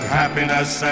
happiness